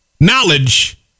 Knowledge